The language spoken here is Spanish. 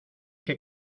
que